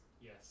Yes